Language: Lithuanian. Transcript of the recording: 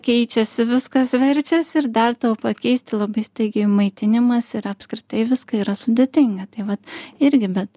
keičiasi viskas verčiasi ir dar tau pakeisti labai staigiai maitinimąsi yra apskritai viską yra sudėtinga tai vat irgi bet